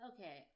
Okay